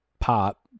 pop